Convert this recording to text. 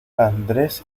andrés